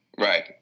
Right